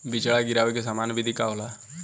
बिचड़ा गिरावे के सामान्य विधि का होला?